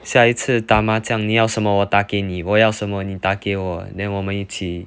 下一次打麻将你要什么我打给你我要什么你打给我 then 我们一起